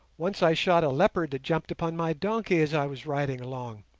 once i shot a leopard that jumped upon my donkey as i was riding along.